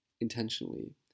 intentionally